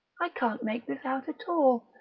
i can't make this out at all.